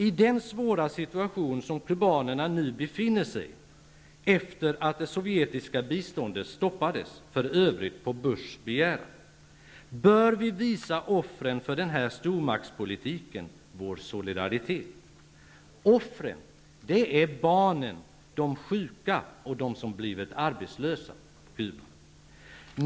I den svåra situation som kubanerna nu befinner sig i efter det att det sovjetiska biståndet stoppades -- för övrigt på Bushs begäran -- bör vi visa offren för den här stormaktspolitiken vår solidaritet. Offren -- det är barnen, de sjuka och de som har blivit arbetslösa.